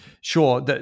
Sure